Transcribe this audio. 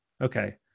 Okay